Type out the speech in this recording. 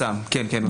כן, כן.